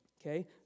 okay